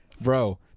Bro